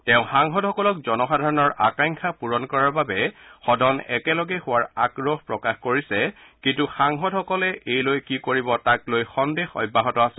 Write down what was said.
তেওঁ সাংসদসকলক জনসাধাৰণৰ আকাংক্ষা পুৰণ কৰাৰ বাবে সদন একেলগ হোৱাৰ আগ্ৰহ প্ৰকাশ কৰিছে কিন্তু সাংসদসকলে এই লৈ কি কৰিব এই লৈ সন্দেহ অব্যাহত আছে